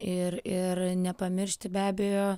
ir ir nepamiršti be abejo